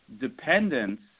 Dependence